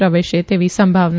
પ્રવેશે તેવી સંભાવના